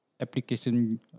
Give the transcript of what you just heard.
application